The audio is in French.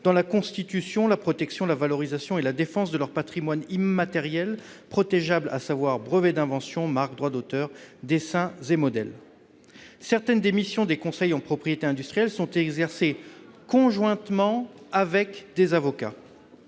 dans la constitution, la protection, la valorisation et la défense de leur patrimoine immatériel protégeable : brevets d'invention, marques, droits d'auteur, dessins et modèles. Certaines des missions des conseils en propriété industrielle sont exercées conjointement avec des avocats.